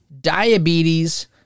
diabetes